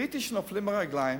ראיתי שנופלים מהרגליים,